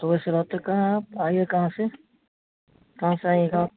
तो वैसे रहते कहाँ हैं आइए कहाँ से कहाँ से आइएगा आप